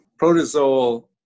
protozoal